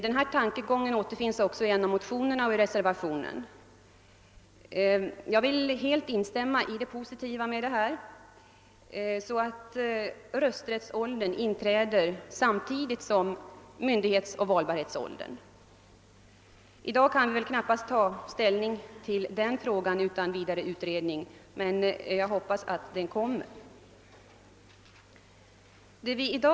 Denna tankegång återfinns även i en av motionerna och i reservationen. Även jag vill understryka det positiva i att rösträttsåldern inträder samtidigt som myndighetsoch valbarhetsåldern. I dag kan vi väl knappast ta ställning till den frågan utan vidare utredning men jag hoppas att en sådan utredning kommer till stånd.